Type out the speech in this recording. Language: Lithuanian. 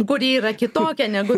kuri yra kitokia negu